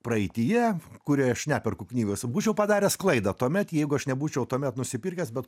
praeityje kurioje aš neperku knygos būčiau padaręs klaidą tuomet jeigu aš nebūčiau tuomet nusipirkęs bet